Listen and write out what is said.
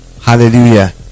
Hallelujah